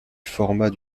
format